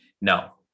No